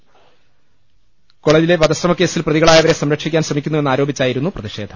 university കോളജിലെ വധശ്രമ ക്കേസിൽ പ്രതികളായവരെ രക്ഷിക്കാൻ ശ്രമിക്കുന്നു വെന്നാരോപിച്ചായിരുന്നു പ്രതിഷേധം